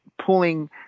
pulling